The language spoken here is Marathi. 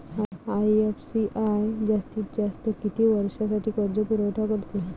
आय.एफ.सी.आय जास्तीत जास्त किती वर्षासाठी कर्जपुरवठा करते?